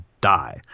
die